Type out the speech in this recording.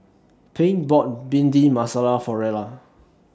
Pink bought Bhindi Masala For Rella